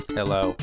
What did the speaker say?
Hello